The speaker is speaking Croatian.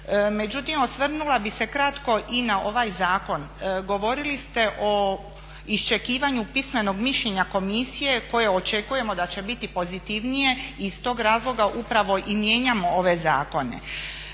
Međutim, osvrnula bih se kratko i na ovaj zakon. Govorili ste o iščekivanju pismenog mišljenja komisije koje očekujemo da će biti pozitivnije i iz tog razloga upravo i mijenjamo ove zakone.